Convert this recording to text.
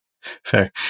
Fair